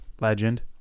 Legend